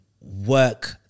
work